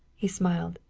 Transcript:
he smiled.